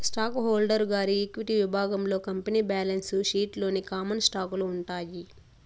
stock holder గారి equity విభాగంలో company balance sheet లోని కామన్ స్టాకులు ఉంటాయి